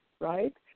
right